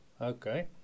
Okay